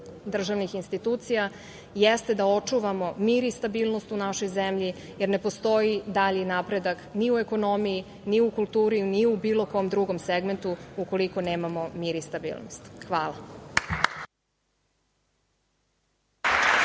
državnih institucija, jeste da očuvamo mir i stabilnost u našoj zemlji, jer ne postoji dalji napredak ni u ekonomiji, ni u kulturi, ni u bilo kom drugom segmentu ukoliko nemamo mir i stabilnost. Hvala.